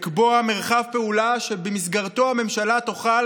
לקבוע מרחב פעולה שבמסגרתו הממשלה תוכל